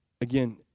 Again